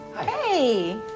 Hey